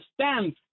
stand